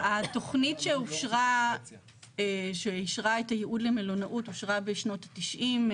התכנית שאישרה את הייעוד למלונאות אושרה בשנות ה-90.